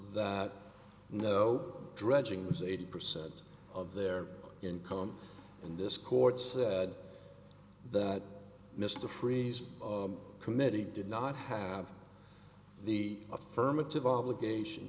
that no dredging was eighty percent of their income in this court said that mr freeze committee did not have the affirmative obligation